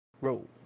Roll